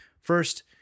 First